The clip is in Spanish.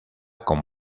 con